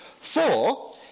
Four